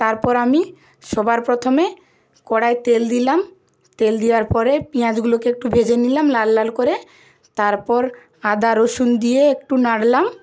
তারপর আমি সবার প্রথমে কড়ায় তেল দিলাম তেল দেওয়ার পরে পেঁয়াজগুলোকে একটু ভেজে নিলাম লাল লাল করে তারপর আদা রসুন দিয়ে একটু নাড়লাম